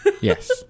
Yes